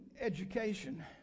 education